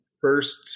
first